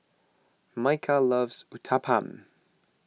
Micah loves Uthapam